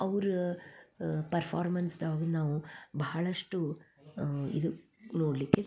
ಅವ್ರು ಪರ್ಫಾರ್ಮೆನ್ಸ್ದಾಗ ನಾವು ಬಹಳಷ್ಟು ಇದು ನೋಡಲ್ಲಿಕ್ಕೆ